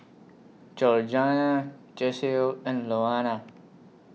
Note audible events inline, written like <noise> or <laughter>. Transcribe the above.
Georganna <unintelligible> and Louanna